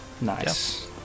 Nice